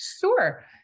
Sure